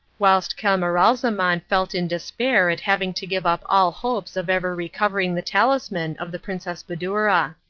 whilst camaralzaman felt in despair at having to give up all hopes of ever recovering the talisman of the princess badoura.